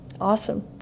Awesome